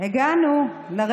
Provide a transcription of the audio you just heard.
שלוש דקות לרשותך.